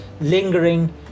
lingering